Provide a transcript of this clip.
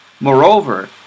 moreover